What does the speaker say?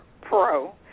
Pro